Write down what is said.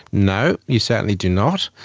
no, you certainly do not.